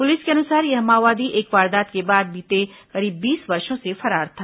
police के अनुसार यह माओवादी एक वारदात के बाद बीते करीब बीस वर्षों से फरार था